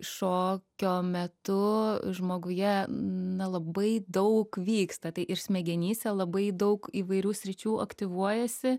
šokio metu žmoguje na labai daug vyksta tai ir smegenyse labai daug įvairių sričių aktyvuojasi